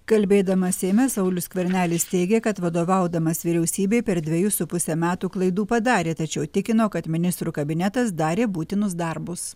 kalbėdamas seime saulius skvernelis teigė kad vadovaudamas vyriausybei per dvejus su puse metų klaidų padarė tačiau tikino kad ministrų kabinetas darė būtinus darbus